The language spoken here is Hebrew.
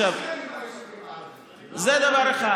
זה דבר אחד.